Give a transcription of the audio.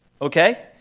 Okay